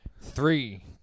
Three